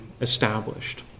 established